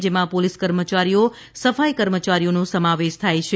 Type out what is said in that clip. જેમાં પોલીસ કર્મચારીઓ સફાઇ કર્મચારીઓનો સમાવેશ થાય છે